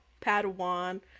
Padawan